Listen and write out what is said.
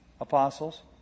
apostles